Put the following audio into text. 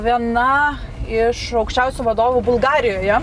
viena iš aukščiausių vadovų bulgarijoje